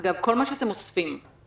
כל מה שאתם אוספים,